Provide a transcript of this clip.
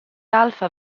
alfa